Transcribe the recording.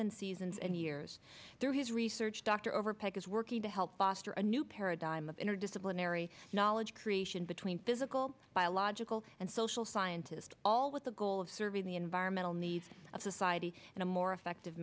than seasons and years through his research dr overpeck is working to help foster a new paradigm of interdisciplinary knowledge creation between physical biological and social scientist all with the goal of serving the environmental neas of society in a more effective